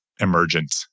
emergent